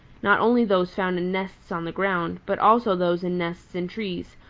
not only those found in nests on the ground, but also those in nests in trees,